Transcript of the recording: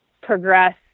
progress